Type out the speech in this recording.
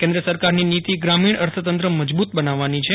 કેન્દ્ર સરકારની નીતી ગ્રામીણ અર્થતંત્ર મજબુત બનાવવાની છે